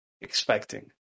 expecting